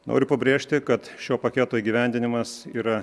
noriu pabrėžti kad šio paketo įgyvendinimas yra